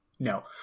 No